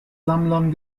sammlern